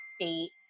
state